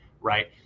right